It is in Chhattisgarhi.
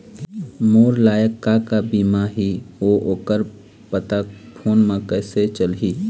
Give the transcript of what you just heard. मोर लायक का का बीमा ही ओ कर पता फ़ोन म कइसे चलही?